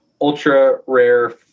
ultra-rare